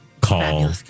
Call